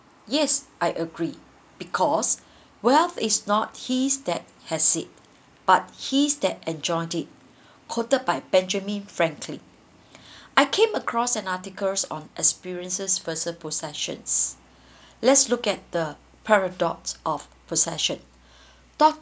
yes I agree because wealth is not his that has it but his that enjoys it quoted by benjamin franklin I came across an articles on experiences versus possessions let's look at the paradox of possession